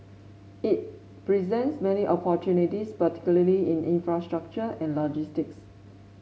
it presents many opportunities particularly in infrastructure and logistics